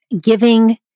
giving